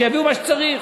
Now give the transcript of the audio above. יביאו מה שצריך